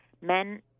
men